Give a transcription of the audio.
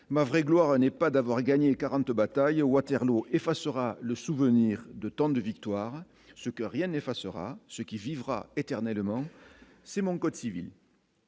ma vraie gloire n'est pas d'avoir gagné 40 batailles à Waterloo effaceras le souvenir de tant de victoires, ce que rien effaceras ce qui vivra éternellement, c'est mon code civil.